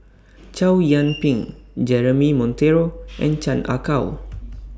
Chow Yian Ping Jeremy Monteiro and Chan Ah Kow